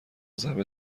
ضربه